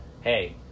hey